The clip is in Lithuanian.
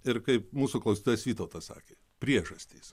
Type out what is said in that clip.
ir kaip mūsų klausytojas vytautas sakė priežastys